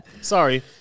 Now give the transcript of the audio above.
sorry